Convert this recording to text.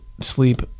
sleep